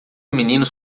meninos